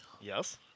yes